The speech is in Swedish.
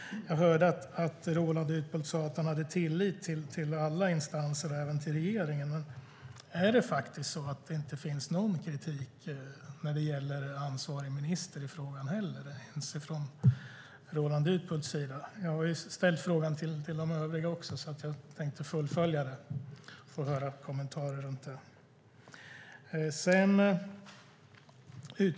Jag hörde att Roland Utbult sade att han hade tillit till alla instanser, även till regeringen. Min fråga är om det faktiskt är så att det inte finns någon kritik när det gäller ansvarig minister i frågan, ens från Roland Utbults sida. Jag har ställt frågan till de övriga också, så jag tänkte fullfölja detta och få höra kommentarer om det.